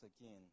again